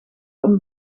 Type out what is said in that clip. een